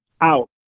out